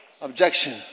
Objection